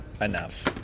enough